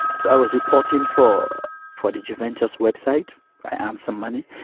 so i was reporting for for the juventus website, i earned some money,